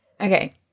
Okay